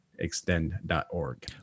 extend.org